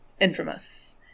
infamous